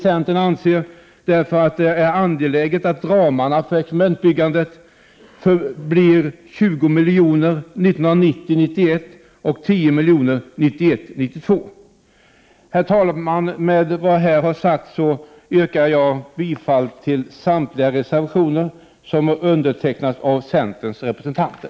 Centern anser därför att det är angeläget att ramarna för experimentbyggandet blir 20 milj.kr. budgetåret 1990 92. Herr talman! Med vad jag här har sagt yrkar jag bifall till samtliga reservationer som har undertecknats av centerns representanter.